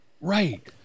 Right